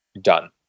done